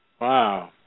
Wow